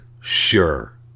Sure